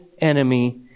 enemy